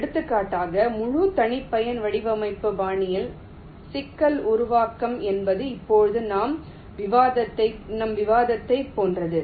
எடுத்துக்காட்டாக முழு தனிப்பயன் வடிவமைப்பு பாணியில் சிக்கல் உருவாக்கம் என்பது இப்போது நாம் விவாதித்ததைப் போன்றது